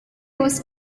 was